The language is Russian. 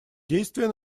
действия